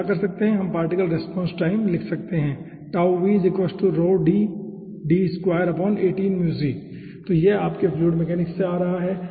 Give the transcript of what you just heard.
तो हम क्या कर सकते हैं हम पार्टिकल रेस्पॉन्स टाइम लिख सकते हैं तो यह आपके फ्लूइड मैकेनिक्स से आ रहा है